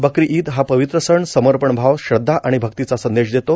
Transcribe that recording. बकरी ईद हा पवित्र सण समर्पणभाव श्रद्धा आणि भक्तीचा संदेश देतो